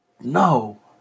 No